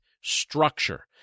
structure